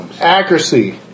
accuracy